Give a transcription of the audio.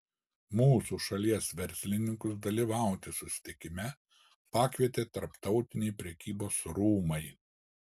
mūsų šalies verslininkus dalyvauti susitikime pakvietė tarptautiniai prekybos rūmai